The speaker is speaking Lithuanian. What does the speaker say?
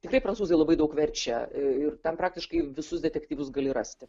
tikrai prancūzai labai daug verčia ir ten praktiškai visus detektyvus gali rasti